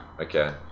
Okay